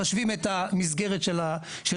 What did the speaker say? מחשבים את המסגרת של הקומה,